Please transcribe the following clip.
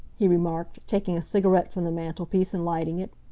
he remarked, taking a cigarette from the mantelpiece and lighting it.